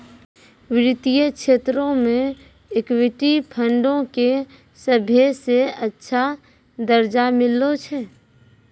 वित्तीय क्षेत्रो मे इक्विटी फंडो के सभ्भे से अच्छा दरजा मिललो छै